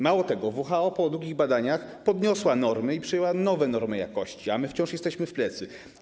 Mało tego, WHO po długich badaniach podniosła normy i przyjęła nowe normy jakości, a my wciąż jesteśmy w plecy.